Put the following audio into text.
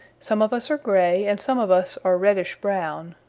some of us are gray and some of us are reddish-brown.